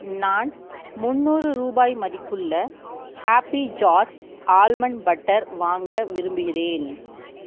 நான் முந்நூறு ரூபாய் மதிப்புள்ள ஹாப்பி ஜார்ஸ் ஆல்மண்ட் பட்டர் வாங்க விரும்புகிறேன்